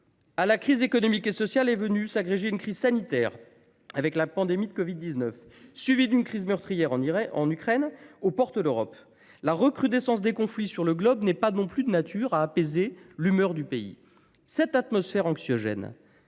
À la crise économique et sociale est venue s’agréger une crise sanitaire, avec la pandémie de covid 19, suivie d’une guerre meurtrière en Ukraine, aux portes de l’Europe. La recrudescence des conflits à l’échelle planétaire n’est pas non plus de nature à apaiser l’humeur du pays. Cette atmosphère anxiogène